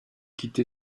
quitté